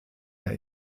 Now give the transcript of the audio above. der